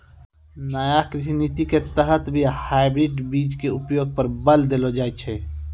नया कृषि नीति के तहत भी हाइब्रिड बीज के उपयोग पर बल देलो जाय छै